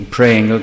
Praying